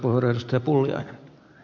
arvoisa puhemies